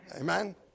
Amen